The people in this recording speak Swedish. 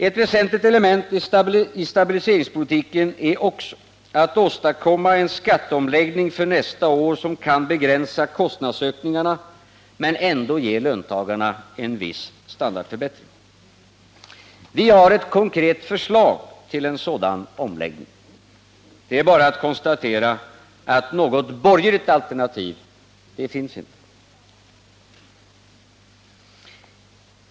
Ett väsentligt element i stabiliseringspolitiken är också att åstadkomma en skatteomläggning för nästa år, som kan begränsa kostnadsökningarna men ändå ge löntagarna en viss standardförbättring. Vi har ett konkret förslag till en sådan omläggning. Det är bara att konstatera att något borgerligt alternativ, det finns inte.